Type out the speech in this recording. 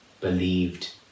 believed